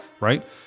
right